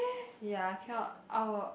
ya I cannot I will